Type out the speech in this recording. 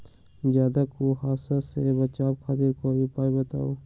ज्यादा कुहासा से बचाव खातिर कोई उपाय बताऊ?